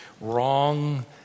wrong